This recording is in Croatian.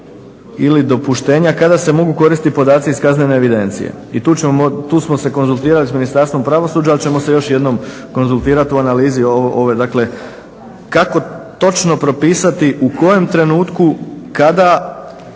ili dopuštenja kada se mogu koristit podaci iz kaznene evidencije. I tu smo se konzultirali s Ministarstvom pravosuđa, ali ćemo se još jednom konzultirati u analizi ove, dakle kako točno propisati u kojem trenutku, kada,